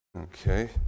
Okay